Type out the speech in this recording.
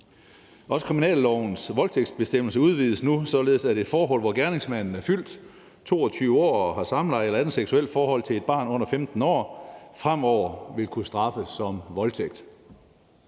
Også kriminallovens voldtægtsbestemmelse udvides nu, således at et forhold, hvor gerningsmanden er fyldt 22 år og har samleje eller et andet seksuelt forhold til et barn under 15 år, fremover vil kunne straffes som voldtægt.